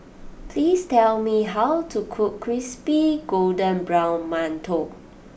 please tell me how to cook Crispy Golden Brown Mantou